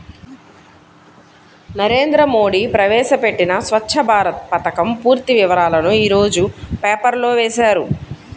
నరేంద్ర మోడీ ప్రవేశపెట్టిన స్వఛ్చ భారత్ పథకం పూర్తి వివరాలను యీ రోజు పేపర్లో వేశారు